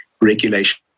regulation